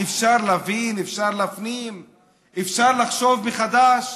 אפשר להבין, אפשר להפנים, אפשר לחשוב מחדש?